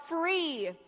free